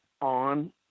on